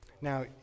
Now